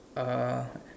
uh